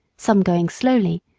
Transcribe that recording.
some going slowly,